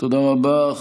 תודה רבה.